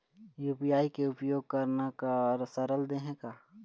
UPI के उपयोग करना का सरल देहें का?